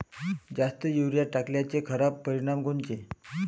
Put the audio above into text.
जास्त युरीया टाकल्याचे खराब परिनाम कोनचे?